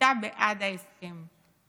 הייתה בעד ההסכם.